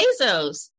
Bezos